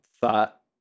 thought